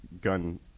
gun